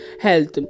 health